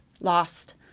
lost